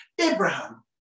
Abraham